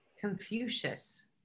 Confucius